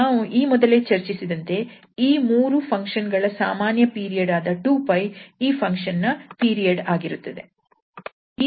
ನಾವು ಈ ಮೊದಲೇ ಚರ್ಚಿಸಿದಂತೆ ಈ 3 ಫಂಕ್ಷನ್ ಗಳ ಸಾಮಾನ್ಯ ಪೀರಿಯಡ್ ಆದ 2𝜋 ಈ ಫಂಕ್ಷನ್ ನ ಪೀರಿಯಡ್ ಆಗಿರುತ್ತದೆ